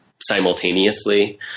simultaneously